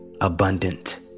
abundant